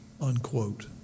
Unquote